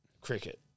Cricket